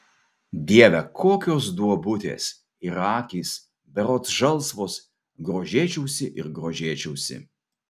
dieve kokios duobutės ir akys berods žalsvos grožėčiausi ir grožėčiausi